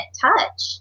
touch